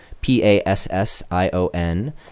P-A-S-S-I-O-N